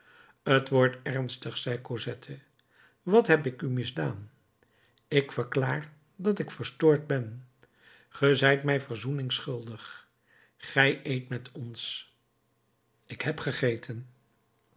t wordt ernstig zei cosette wat heb ik u misdaan ik verklaar dat ik verstoord ben ge zijt mij verzoening schuldig gij eet met ons ik heb gegeten